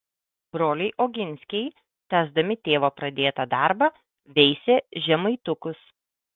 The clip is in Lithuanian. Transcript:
broliai oginskiai tęsdami tėvo pradėtą darbą veisė žemaitukus